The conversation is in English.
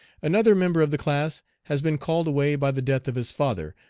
another member of the class has been called away by the death of his father,